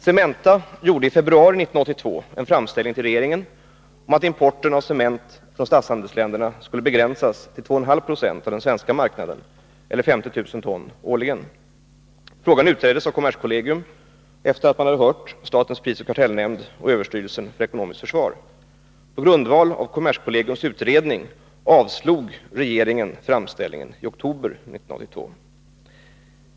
Cementa gjorde i februari 1982 en framställning till regeringen om att importen av cement från statshandelsländerna skulle begränsas till 2,5 96 av den svenska marknaden eller 50 000 ton årligen. Frågan utreddes av kommerskollegium efter hörande av statens prisoch kartellnämnd och överstyrelsen för ekonomiskt försvar. På grundval av kommerskollegiums utredning avslog regeringen framställningen i oktober 1982.